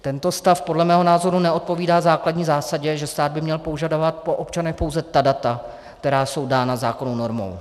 Tento stav podle mého názoru neodpovídá základní zásadě, že stát by měl požadovat po občanech pouze ta data, která jsou dána zákonnou normou.